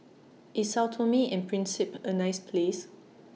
IS Sao Tome and Principe A nice Place